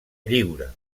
lliure